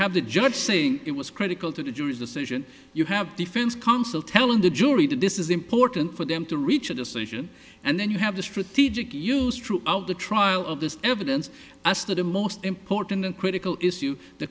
have the judge saying it was critical to the jury's decision you have defense counsel telling the jury to this is important for them to reach a decision and then you have the strategic use throughout the trial of this evidence as to the most important and critical issue the